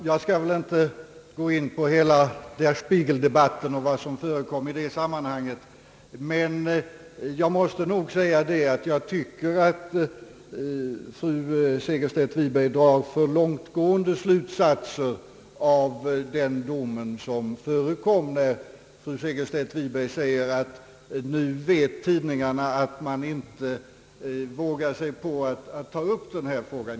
Herr talman! Jag skall inte gå in på hela Spiegeldebatten och vad som förekom i detta sammanhang. Men jag måste nog säga att jag tycker att fru Segerstedt Wiberg drar alltför långtgående slutsatser av den dom som fälldes, när fru Segerstedt Wiberg säger att tidningarna nu inte vet om de vågar sig på att ta upp denna fråga.